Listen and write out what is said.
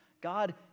God